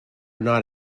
not